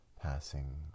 passing